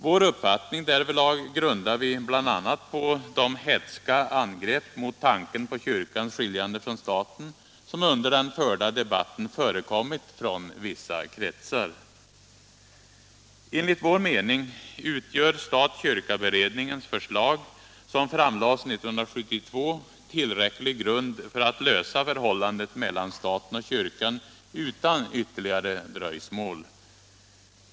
Vår uppfattning därvidlag grundar vi bl.a. på de hätska angrepp mot tanken på kyrkans skiljande från staten som under den förda debatten förekommit från vissa kretsar. Enligt vår mening utgör stat-kyrka-beredningens förslag, som framlades 1972, tillräcklig grund för att lösa frågan om förhållandet mellan staten och kyrkan utan ytterligare dröjsmål.